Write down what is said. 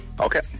Okay